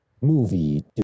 Movie